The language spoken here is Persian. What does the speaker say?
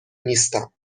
نیستم